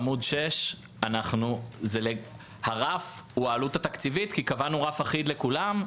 עמ' 6. הרף הוא העלות התקציבית כי קבענו רף אחיד לכולם.